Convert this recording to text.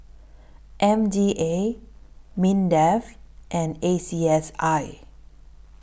M D A Mindef and A C S I